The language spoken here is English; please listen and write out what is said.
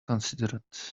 considerate